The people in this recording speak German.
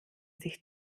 sich